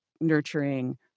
nurturing